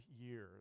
years